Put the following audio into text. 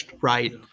Right